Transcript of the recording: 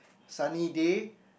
sunny day